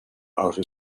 outer